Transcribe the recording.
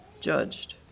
judged